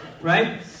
Right